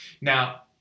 Now